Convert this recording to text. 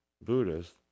buddhist